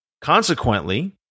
Consequently